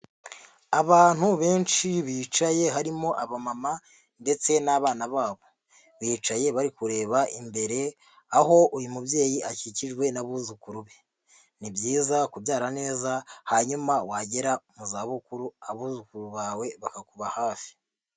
Abantu benshi bicaye harimo aba mama ndetse n'abana babo, bicaye bari kureba imbere aho uyu mubyeyi akikijwe n'abuzukuru be. Ni byiza kubyara neza hanyuma wagera mu za bukuru abuzukuru bawe bakakuba hafi.